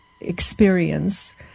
experience